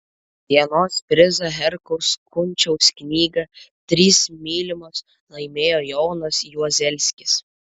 dienos prizą herkaus kunčiaus knygą trys mylimos laimėjo jonas juozelskis